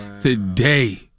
today